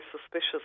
suspicious